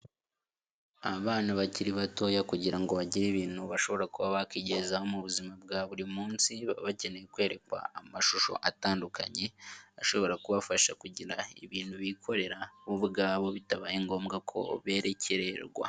Abana bakiri batoya kugira ngo bagire ibintu bashobora kuba bakigezaho mu buzima bwa buri munsi, baba bakeneye kwerekwa amashusho atandukanye ashobora kubafasha kugira ibintu bikorera bo ubwabo bitabaye ngombwa ko bekererwa.